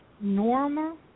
normal